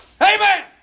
Amen